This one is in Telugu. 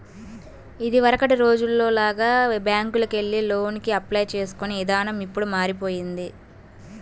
ఇదివరకటి రోజుల్లో లాగా బ్యేంకుకెళ్లి లోనుకి అప్లై చేసుకునే ఇదానం ఇప్పుడు మారిపొయ్యింది